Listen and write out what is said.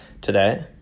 Today